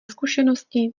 zkušenosti